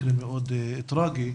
זה מקרה מאוד טרגי.